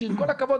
עם כל הכבוד,